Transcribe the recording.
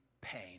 pain